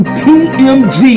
tmg